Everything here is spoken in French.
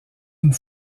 une